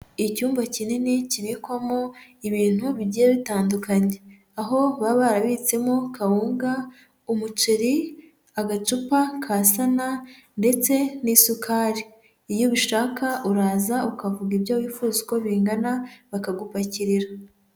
Icyumba kinini kibikwamo ibintu bigiye bitandukanye. Aho baba barabitsemo kawunga, umuceri, agacupa ka sana ndetse n'isukari, iyo ubishaka uraza ukavuga ibyo wifuza uko bingana bakagupakirira.